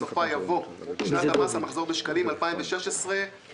בסופה יבוא: שנת המס המחזור בשקלים חדשים 201616,900,000